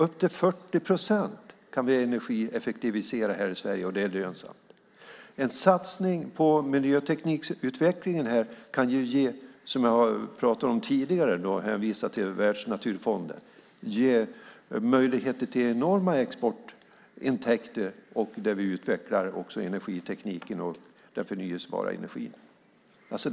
Upp till 40 procent kan vi energieffektivisera här i Sverige, och det är lönsamt. En satsning på miljöteknikutvecklingen här kan ge, som jag har pratat om tidigare då jag hänvisade till Världsnaturfonden, möjligheter till enorma exportintäkter. Då utvecklar vi också energitekniken och den förnybara energin.